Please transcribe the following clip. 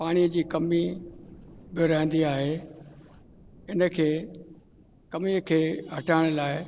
पाणीअ जी कमी बि रहंदी आहे इन खे कमीअ खे हटाइण लाइ